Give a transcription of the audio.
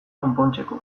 konpontzeko